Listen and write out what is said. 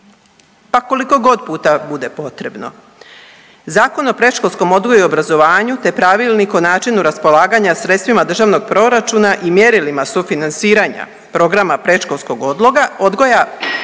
pa koliko god puta bude potrebno, Zakon o predškolskom odgoju i obrazovanju te Pravilnik o načinu raspolaganja sredstvima državnog proračuna i mjerilima sufinanciranja programa predškolskog odgoja, podloga